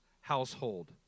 household